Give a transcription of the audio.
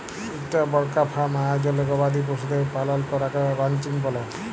ইকটা বড়কা ফার্ম আয়জলে গবাদি পশুদের পালল ক্যরাকে রানচিং ব্যলে